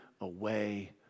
away